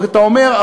אתה אומר,